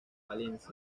palencia